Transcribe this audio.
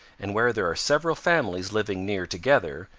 and where there are several families living near together,